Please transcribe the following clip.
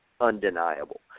undeniable